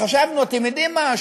חשבנו, אתם יודעים מה?